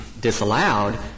disallowed